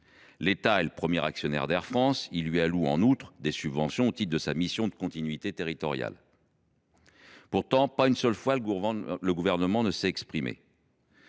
L’État est le premier actionnaire d’Air France. Il lui alloue en outre des subventions au titre de sa mission de continuité territoriale. Pourtant, pas une seule fois le Gouvernement ne s’est exprimé.